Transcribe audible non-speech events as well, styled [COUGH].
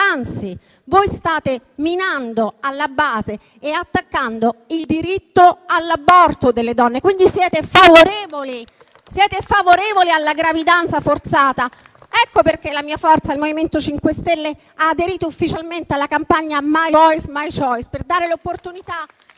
Anzi, voi state minando alla base e attaccando il diritto all'aborto delle donne, quindi siete favorevoli alla gravidanza forzata. [APPLAUSE] Per questo il Movimento 5 Stelle ha aderito ufficialmente alla campagna «My voice my choice», per dare l'opportunità